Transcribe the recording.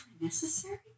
necessary